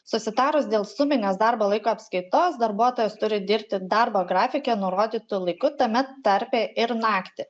susitarus dėl suminės darbo laiko apskaitos darbuotojas turi dirbti darbo grafike nurodytu laiku tame tarpe ir naktį